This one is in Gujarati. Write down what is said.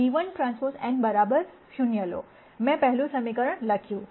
તેથી ચાલો પહેલા આ ν₁Tn 0 લો મેં પહેલું સમીકરણ લખ્યું